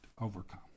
overcome